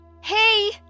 Hey